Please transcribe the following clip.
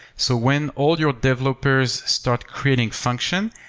so when all your developers start creating function,